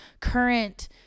current